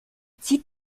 zieht